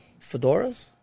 fedoras